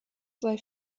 sei